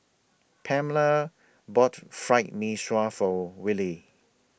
Pamela bought Fried Mee Sua For Wiley